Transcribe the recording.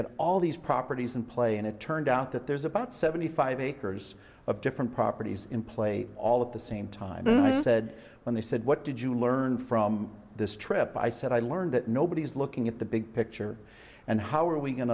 had all these properties in play and it turned out that there's about seventy five acres of different properties in play all at the same time he said when they said what did you learn from this trip i said i learned that nobody's looking at the big picture and how are we going